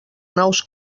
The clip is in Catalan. nous